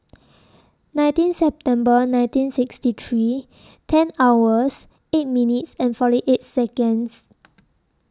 nineteen September nineteen sixty three ten hours eight minutes and forty eight Seconds